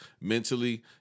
mentally